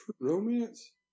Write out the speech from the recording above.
Romance